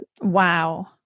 Wow